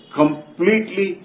completely